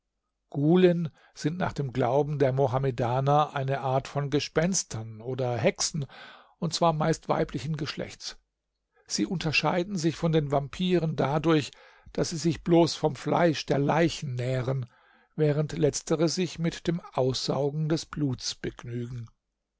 gulen sind nach dem glauben der mohammedaner eine art von gespenstern oder hexen und zwar meist weiblichen geschlechts sie unterscheiden sich von den vampiren dadurch daß sie sich bloß vom fleisch der leichen nähren während letztere sich mit dem aussaugen des bluts begnügen